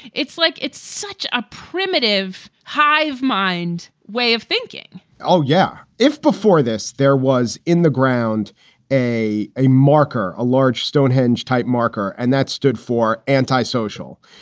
it's like it's such a primitive hive mind way of thinking oh, yeah. if before this there was in the ground a a marker, a large stonehenge type marker and that stood for anti-social,